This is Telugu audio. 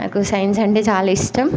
నాకు సైన్స్ అంటే చాలా ఇష్టం